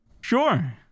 Sure